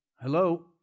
Hello